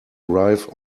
arrive